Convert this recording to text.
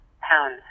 pounds